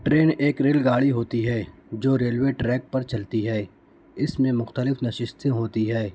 train ایک rail گاڑی ہوتی ہے جو ریلوے ٹریک پر چلتی ہے اس میں مختلف نششتیں ہوتی ہے